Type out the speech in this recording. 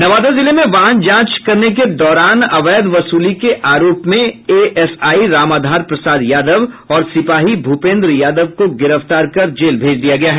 नवादा जिले में वाहन जांच करने के दौरान अवैध वसूली करने के आरोप में एक एएसआई रामाधार प्रसाद यादव और सिपाही भूपेन्द्र यादव को गिरफ्तार कर जेल भेज दिया गया है